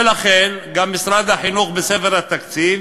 ולכן גם משרד החינוך בספר התקציב